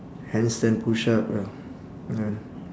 handstand push up ya ya